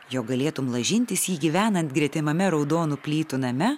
jog galėtum lažintis jį gyvenant gretimame raudonų plytų name